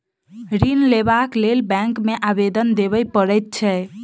ऋण लेबाक लेल बैंक मे आवेदन देबय पड़ैत छै